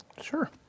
Sure